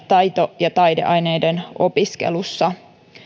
taito ja taideaineiden opiskelussa